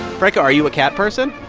franco, are you a cat person?